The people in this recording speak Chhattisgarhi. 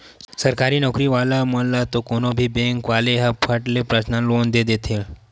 सरकारी नउकरी वाला मन ल तो कोनो भी बेंक वाले ह फट ले परसनल लोन दे देथे